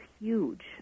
huge